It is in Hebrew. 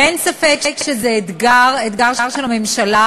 אין ספק שזה אתגר, אתגר של הממשלה,